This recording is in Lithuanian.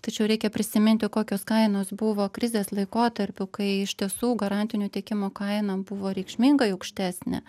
tačiau reikia prisiminti kokios kainos buvo krizės laikotarpiu kai iš tiesų garantinio tiekimo kaina buvo reikšmingai aukštesnė